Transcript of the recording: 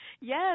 yes